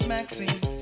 Maxine